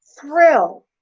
thrill